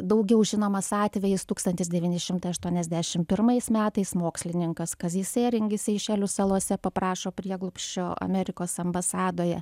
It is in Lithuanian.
daugiau žinomas atvejis tūkstantis devyni šimtai aštuoniasdešimt pirmais metais mokslininkas kazys ėringis seišelių salose paprašo prieglobsčio amerikos ambasadoje